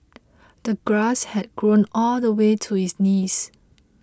the grass had grown all the way to his knees